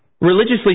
Religiously